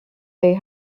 they